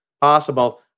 possible